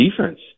defense